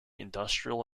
industrial